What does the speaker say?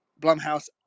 Blumhouse